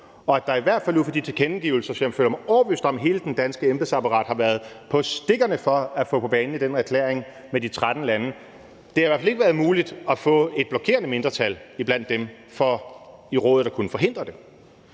det er der i hvert fald ud fra de tilkendegivelser, som jeg føler mig overbevist om at hele det danske embedsapparat har været på stikkerne for at få på banen i den erklæring med de 13 lande. Det har i hvert fald ikke været muligt at få et blokerende mindretal blandt dem for i Rådet